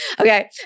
Okay